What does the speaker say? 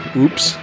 oops